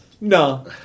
No